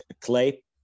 clay